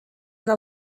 إلى